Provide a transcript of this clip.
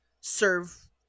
serve